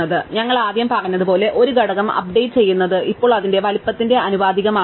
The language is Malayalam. അതിനാൽ ഞങ്ങൾ ആദ്യം പറഞ്ഞതുപോലെ ഒരു ഘടകം അപ്ഡേറ്റ് ചെയ്യുന്നത് ഇപ്പോൾ അതിന്റെ വലുപ്പത്തിന് ആനുപാതികമാണ്